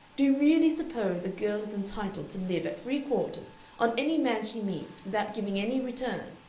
do you really suppose a girl is entitled to live at free quarters on any man she meets without giving any return?